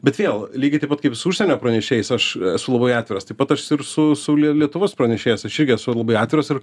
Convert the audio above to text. bet vėl lygiai taip pat kaip su užsienio pranešėjais aš esu labai atviras taip pat ir su su liet lietuvos pranešėjais aš irgi esu labai atviras ir